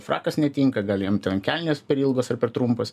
frakas netinka gal jam ten kelnės per ilgos ar per trumpos